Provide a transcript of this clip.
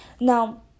now